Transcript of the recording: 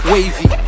Wavy